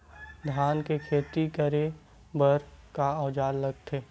धान के खेती करे बर का औजार लगथे?